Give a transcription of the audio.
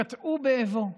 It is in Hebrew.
קטעו באיבה.